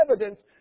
evidence